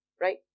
right